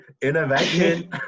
innovation